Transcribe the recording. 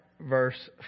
verse